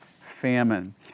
famine